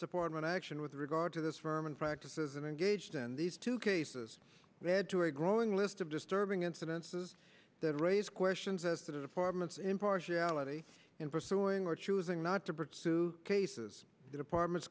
department action with regard to this firm and practices and engaged in these two cases read to a growing list of disturbing incidences that raise questions as to the department's impartiality in pursuing or choosing not to pursue cases the department